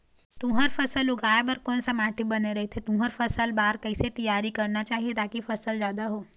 तुंहर फसल उगाए बार कोन सा माटी बने रथे तुंहर फसल बार कैसे तियारी करना चाही ताकि फसल जादा हो?